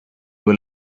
were